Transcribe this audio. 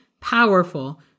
powerful